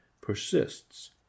persists